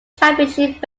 championship